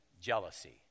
jealousy